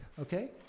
okay